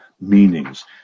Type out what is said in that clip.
meanings